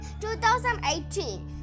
2018